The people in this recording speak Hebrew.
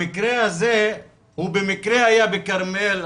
המקרה הזה הוא במקרה שהיה בכרמיאל,